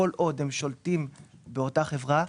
כל עוד הם שולטים באותה חברה,